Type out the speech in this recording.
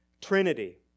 Trinity